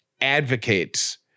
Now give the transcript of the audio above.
advocates